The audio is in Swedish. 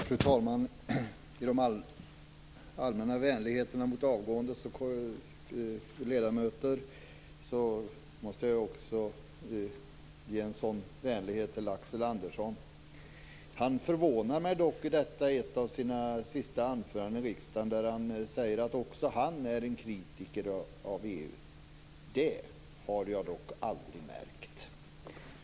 Fru talman! I de allmänna vänligheterna mot avgående ledamöter vill också jag framföra en sådan vänlighet till Axel Andersson. Axel Andersson förvånar mig dock i detta ett av sina sista anföranden i riksdagen. Han säger att också han är en kritiker av EU. Det har jag aldrig märkt.